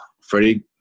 Freddie –